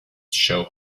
show